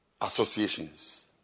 associations